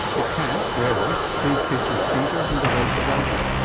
it can, rarely, leave kids with seizures and delayed development.